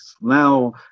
Now